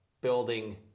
building